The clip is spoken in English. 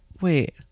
wait